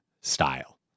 style